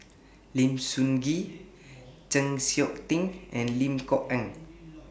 Lim Sun Gee Chng Seok Tin and Lim Kok Ann